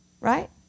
right